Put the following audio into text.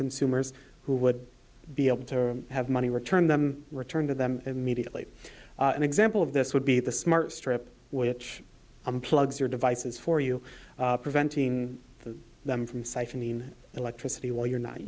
consumers who would be able to have money return them returned to them immediately an example of this would be the smart strip which i'm plugs your devices for you preventing them from siphon the electricity while you're not